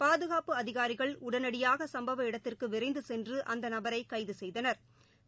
பாதுகாப்பு அதிகாரிகள் உடனடியாகசும்பவ இடத்திற்குவிரைந்துசென்றுஅந்தநபரைகைதுசெய்தனா்